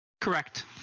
Correct